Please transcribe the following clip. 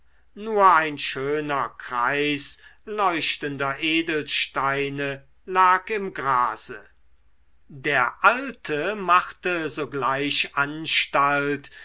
nur ein schöner kreis leuchtender edelsteine lag im grase der alte machte sogleich anstalt